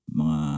mga